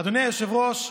אדוני היושב-ראש,